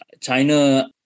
China